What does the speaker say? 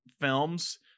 films